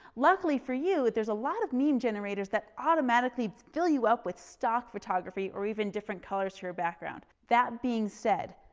luckily for you, there's a lot of mean generators that automatically fill you up with stock photography or even different colors to your background. that being said,